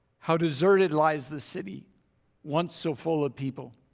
how deserted lies the city once so full of people.